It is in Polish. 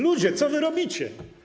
Ludzie, co wy robicie?